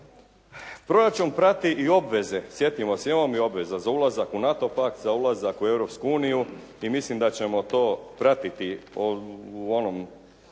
Proračun prati i obveze sjetimo se, imamo mi obveza za ulazak u NATO pakt, za ulazak u Europsku uniju i mislim da ćemo to pratiti u onom